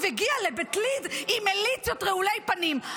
הגיעה לבית ליד עם מיליציות רעולי פנים.